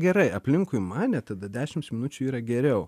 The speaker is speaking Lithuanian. gerai aplinkui mane tada dešimts minučių yra geriau